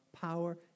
power